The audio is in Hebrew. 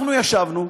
אנחנו ישבנו,